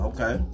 Okay